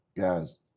guys